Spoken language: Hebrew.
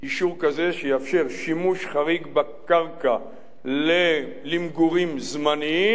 שיאפשר שימוש חריג בקרקע למגורים זמניים,